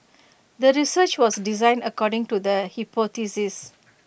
the research was designed according to the hypothesis